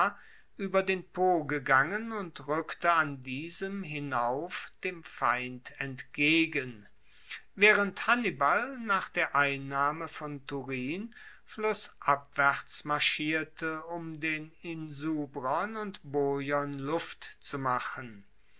ueber den po gegangen und rueckte an diesem hinauf dem feind entgegen waehrend hannibal nach der einnahme von turin flussabwaerts marschierte um den insubrern und boiern luft zu machen